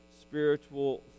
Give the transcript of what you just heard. spiritual